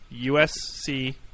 USC